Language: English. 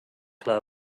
club